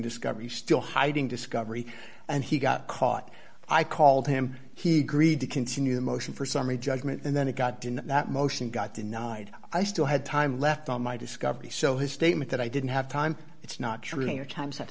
discovery still hiding discovery and he got caught i called him he greed to continue the motion for summary judgment and then it got to that motion got denied i still had time left on my discovery so his statement that i didn't have time it's not true your time